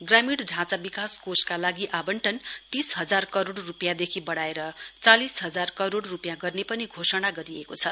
ग्रामीण ढाँचा विकास कोषका लागि आवंटन तीस हजार करोड रूपियाँदेऎखि बढाएर चालिस हजार करोड रूपियाँ गर्ने पनि घोषणा गरिए छ